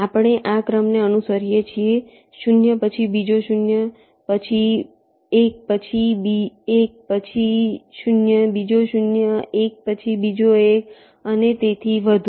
આપણે આ ક્રમને અનુસરીએ છીએ 0 પછી બીજો 0 પછી 1 પછી બીજો 1 પછી 0 બીજો 0 1 પછી બીજો 1 અને તેથી વધુ